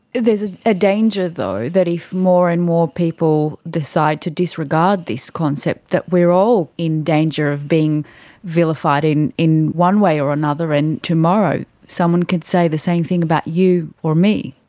there's a ah danger though that if more and more people decide to disregard this concept that we're all in danger of being vilified in in one way or another, and tomorrow someone can say the same thing about you or me.